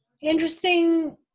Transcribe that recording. interesting